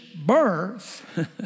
birth